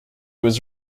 was